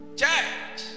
church